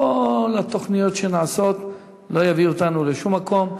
כל התוכניות שנעשות לא יביאו אותנו לשום מקום.